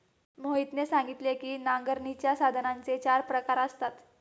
मोहितने सांगितले की नांगरणीच्या साधनांचे चार प्रकार असतात